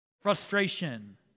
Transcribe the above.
frustration